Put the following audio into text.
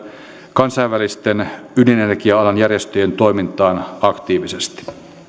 kansainvälisten ydinenergia alan järjestöjen toimintaan aktiivisesti